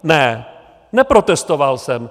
Ne, neprotestoval jsem.